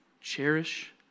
Cherish